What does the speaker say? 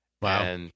Wow